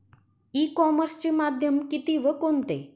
E कॉमर्सचे माध्यम किती व कोणते?